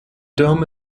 dome